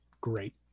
great